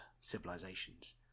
civilizations